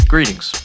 Greetings